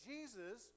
Jesus